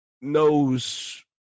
knows